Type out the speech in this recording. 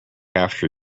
after